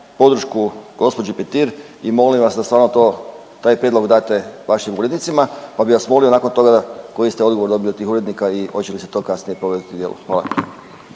podršku gospođi Petir i molim vas da stvarno to, taj prijedlog date vašim urednicima, pa bih vas molio nakon toga da koji ste odgovor dobili od tih urednika i hoće li se to kasnije provesti u djelo.